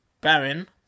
Baron